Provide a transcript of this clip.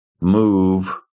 move